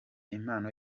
impano